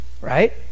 right